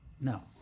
no